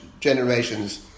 generations